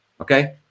okay